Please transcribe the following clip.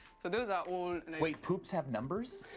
so those are all wait, poops have numbers?